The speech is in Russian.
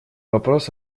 вопрос